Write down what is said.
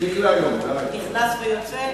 נכנס ויוצא.